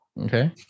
Okay